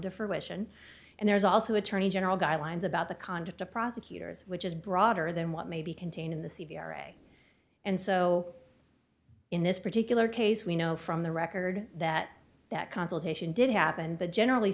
to fruition and there's also attorney general guidelines about the conduct of prosecutors which is broader than what may be contained in the c v or a and so in this particular case we know from the record that that consultation did happen but generally